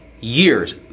years